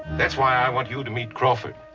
that's why i want you to meet crawford.